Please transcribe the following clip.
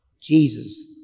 Jesus